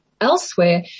elsewhere